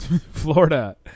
Florida